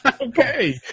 Okay